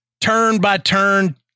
turn-by-turn